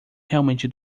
realmente